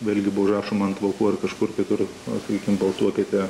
vėl gi buvo užrašoma ant vokų ar kažkur kitur o sakykime balsuokite